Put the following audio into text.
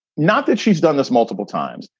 not that she's done this multiple times,